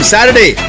Saturday